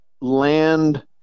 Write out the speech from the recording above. land